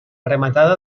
rematada